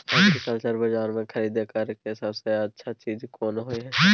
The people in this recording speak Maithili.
एग्रीकल्चर बाजार में खरीद करे से सबसे अच्छा चीज कोन होय छै?